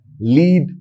lead